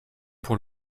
pour